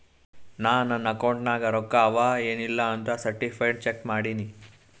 ನಾ ನನ್ ಅಕೌಂಟ್ ನಾಗ್ ರೊಕ್ಕಾ ಅವಾ ಎನ್ ಇಲ್ಲ ಅಂತ ಸರ್ಟಿಫೈಡ್ ಚೆಕ್ ಮಾಡಿನಿ